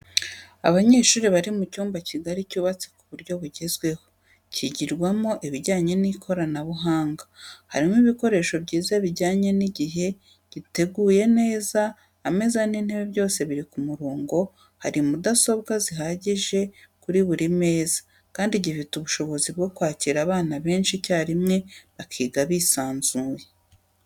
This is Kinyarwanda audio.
Abanyeshuri bari mu cyumba kigari cyubatse ku buryo bwugezweho, kigirwamo ibijyanye n'ikoranabuhanga, harimo ibikoresho byiza bijyanye n'igihe, giteguye neza, ameza n'intebe byose biri ku murongo, hari mudasobwa zihagije kuri buri meza kandi gifite ubushobozi bwo kwakira abana benshi icyarimwe bakiga bisanzuye.